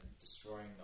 Destroying